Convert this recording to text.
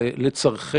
לצורך